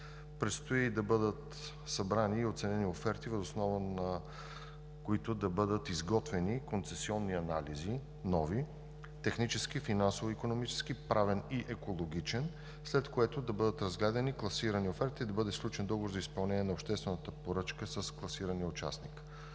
Предстои да бъдат събрани и оценени оферти, въз основа на които да бъдат изготвени нови концесионни анализи – технически и финансови-икономически, правен и екологичен, след което да бъдат разгледани и класирани офертите и да бъде сключен договор за изпълнение на обществената поръчка с класирания участник.